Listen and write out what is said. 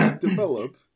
develop